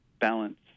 balance